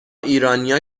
ایرانیا